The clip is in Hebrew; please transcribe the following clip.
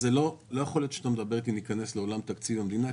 לא יכול להיות שאתה מדבר איתי על עולם תקציב המדינה,